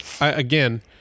again